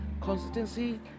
Consistency